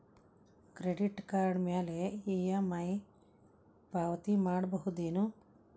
Credit card ಮ್ಯಾಲೆ EMI ಪಾವತಿ ಮಾಡ್ಬಹುದೇನು?